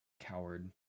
coward